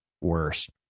worse